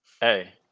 hey